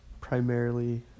primarily